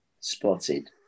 spotted